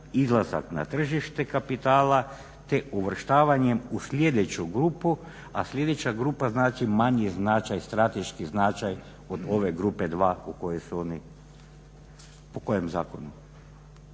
izlazak na tržište kapitala te uvrštavanjem u sljedeću grupu, a sljedeća grupa znači manji značaj, strateški značaj od ove grupe 2 u kojoj su oni, po kojem zakonu.